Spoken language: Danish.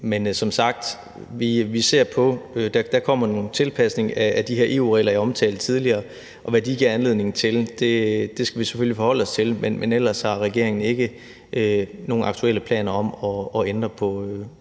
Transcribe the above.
Men som sagt kommer der en tilpasning af de her EU-regler, jeg omtalte tidligere, og hvad de giver anledning til, skal vi selvfølgelig forholde os til, men ellers har regeringen ikke nogen aktuelle planer om at ændre på